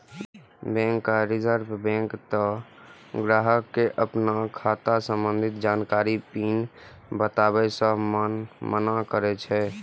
bank आ reserve bank तें ग्राहक कें अपन खाता संबंधी जानकारी, पिन बताबै सं मना करै छै